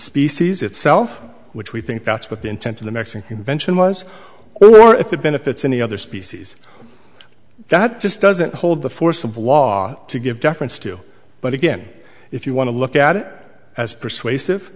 species itself which we think that's what the intent of the next invention was or if it benefits any other species that just doesn't hold the force of law to give deference to but again if you want to look at it as persuasive